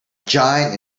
giant